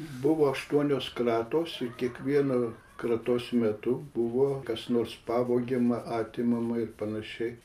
buvo aštuonios kratos ir kiekvieno kratos metu buvo kas nors pavogiama atimama ir panašiai